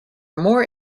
more